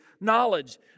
knowledge